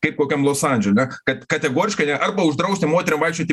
kaip kokiam los andžele kad kategoriškai arba uždrausti moterim vaikščioti